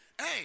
Hey